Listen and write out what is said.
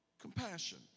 Compassion